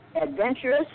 adventurous